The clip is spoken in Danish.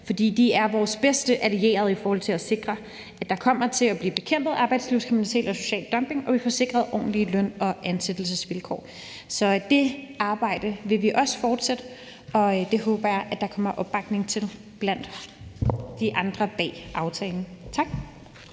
De er vores bedste allierede i forhold til at sikre, at arbejdslivskriminalitet og social dumping kommer til at blive bekæmpet, og at vi får sikret ordentlige løn- og ansættelsesvilkår. Det arbejde vil vi også fortsætte, og det håber jeg der kommer opbakning til blandt de andre bag aftalen. Tak.